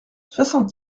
soixante